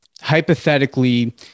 Hypothetically